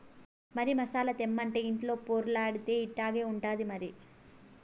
మరి మసాలా తెమ్మంటే ఇంటిలో పొర్లాడితే ఇట్టాగే ఉంటాది మరి